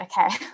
okay